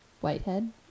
Whitehead